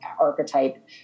archetype